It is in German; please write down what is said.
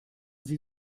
sie